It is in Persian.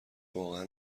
واقعا